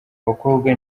abakobwa